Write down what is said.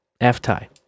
F-Tie